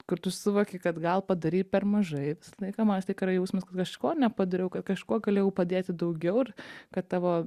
kur tu suvoki kad gal padarei per mažai visą laiką man visą laiką yra jausmas kad kažko nepadariau kad kažkuo galėjau padėti daugiau ir kad tavo